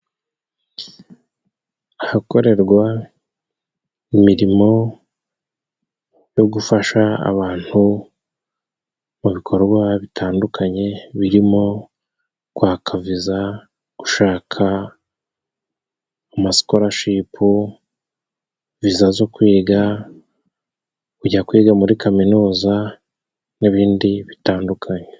Ahakorerwa imirimo yo gufasha abantu mu bikorwa bitandukanye, birimo kwaka viza, gushaka amascorashipu, viza zo kwiga, kujya kwiga muri kaminuza n'ibindi bitandukanye.